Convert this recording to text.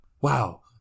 Wow